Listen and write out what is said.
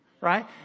right